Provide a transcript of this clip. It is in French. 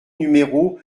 numéro